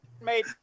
made